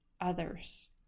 others